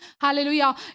hallelujah